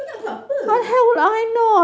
kau ingat aku apa